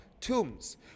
tombs